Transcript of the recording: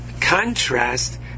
contrast